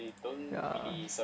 ya